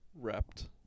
wrapped